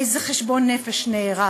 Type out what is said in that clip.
איזה חשבון נפש נערך?